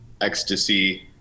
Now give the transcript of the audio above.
ecstasy